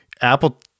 Apple